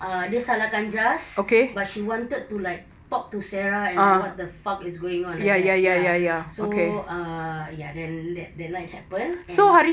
err dia salahkan jas but she wanted to like talk to sarah and like what the fuck is going on like that ya so ah ya then then that night happened and